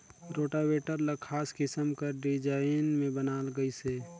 rotavator ल खास किसम कर डिजईन में बनाल गइसे